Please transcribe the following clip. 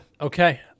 Okay